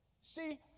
See